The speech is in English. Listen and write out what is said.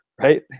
right